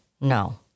No